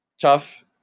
tough